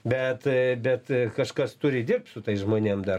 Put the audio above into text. bet bet kažkas turi dirbt su tais žmonėm dar